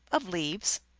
of leaves.